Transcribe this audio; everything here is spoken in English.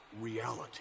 reality